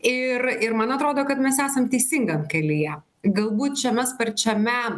ir ir man atrodo kad mes esam teisingam kelyje galbūt šiame sparčiame